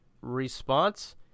response